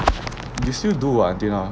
you still do ah until now